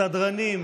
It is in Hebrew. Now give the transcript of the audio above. סדרנים,